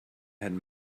had